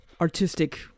artistic